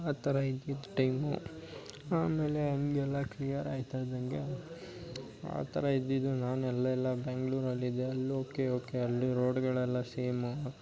ಆ ಥರ ಇದ್ದಿದ್ ಟೈಮು ಆಮೇಲೆ ಹಾಗೆಲ್ಲ ಕ್ಲಿಯರ್ ಆಗ್ತಾಯಿದ್ದಂಗೆ ಆ ಥರ ಇದ್ದಿದ್ದು ನಾನು ಎಲ್ಲೆಲ್ಲ ಬೆಂಗಳೂರಲ್ಲಿ ಇದ್ದೆ ಅಲ್ಲಿ ಓಕೆ ಓಕೆ ಅಲ್ಲಿ ರೋಡುಗಳೆಲ್ಲ ಸೇಮು